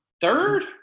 third